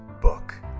book